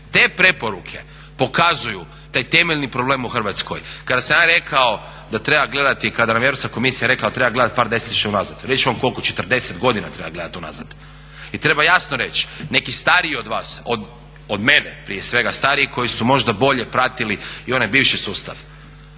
te preporuke pokazuju taj temeljni problem u Hrvatskoj. Kada sam ja rekao da treba gledati, kada nam je Europska komisija rekla da treba gledati par desetljeća unazad, reći ću vam koliko, 40 godina treba gledati unazad. I treba jasno reći, neki stariji od vas, od mene prije svega stariji koji su možda bolje pratili i onaj bivši sustav.